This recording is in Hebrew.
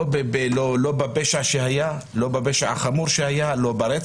לא בפשע שהיה, לא בפשע חמור שהיה,